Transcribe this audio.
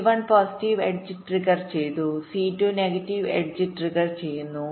C 1 positive edge trigger ചെയ്തു C 2 negative edge ട്രിഗർചെയ്യുന്നു